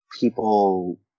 people